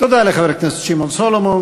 תודה לחבר הכנסת שמעון סולומון.